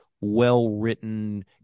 well-written